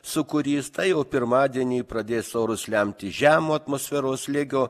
sūkurys tai jau pirmadienį pradės orus lemti žemo atmosferos slėgio